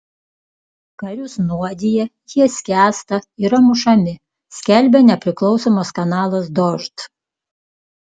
karius nuodija jie skęsta yra mušami skelbia nepriklausomas kanalas dožd